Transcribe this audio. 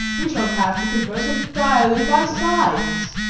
we shall have to converse entirely by signs.